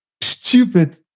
stupid